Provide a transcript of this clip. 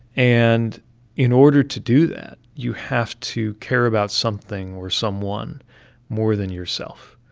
and in order to do that, you have to care about something or someone more than yourself.